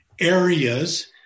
areas